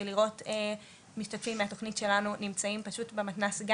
שלראות משתתפים מהתכנית שלנו נמצאים פשוט במתנ"ס,